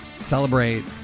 Celebrate